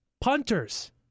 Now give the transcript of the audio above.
punters